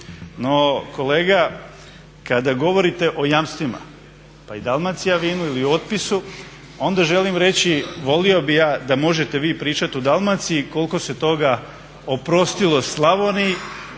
No, kolega kada govorite o jamstvima pa i Dalmacijavinu ili otpisu onda želim reći volio bih ja da možete vi pričati o Dalmaciji koliko se toga oprostilo Slavoniji,